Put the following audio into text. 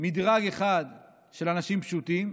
מדרג אחד של אנשים פשוטים,